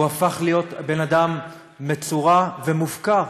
הוא הפך להיות בן-אדם מצורע ומופקר.